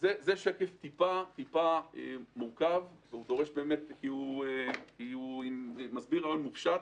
זה שקף קצת מורכב, כי הוא מסביר רעיון מופשט.